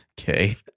Okay